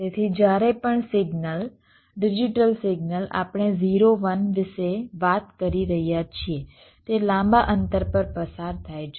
તેથી જ્યારે પણ સિગ્નલ ડિજિટલ સિગ્નલ આપણે 0 1 વિશે વાત કરી રહ્યા છીએ તે લાંબા અંતર પર પસાર થાય છે